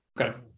Okay